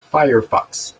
firefox